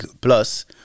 Plus